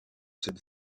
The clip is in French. cette